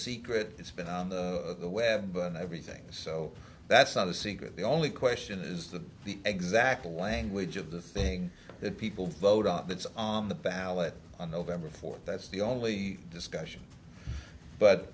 secret it's been on the web but everything's so that's not a secret the only question is the exact language of the thing that people vote on that's on the ballot on november fourth that's the only discussion but